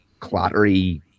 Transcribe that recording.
clattery